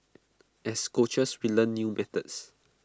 as coaches we learn new methods